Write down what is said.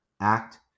act